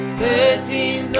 thirteen